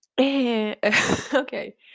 Okay